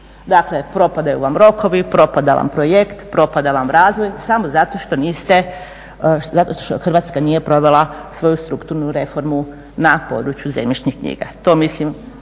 Dakle propadaju vam rokovi, propada vam projekt, propada vam razvoj samo zato što Hrvatska nije provela svoju strukturnu reformu na području zemljišnih knjiga.